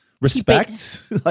respect